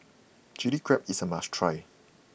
Chilli Crab is a must try